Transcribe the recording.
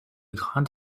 grand